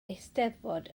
eisteddfod